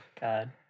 God